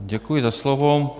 Děkuji za slovo.